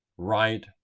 right